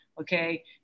Okay